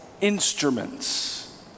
instruments